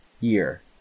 year